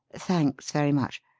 thanks very much.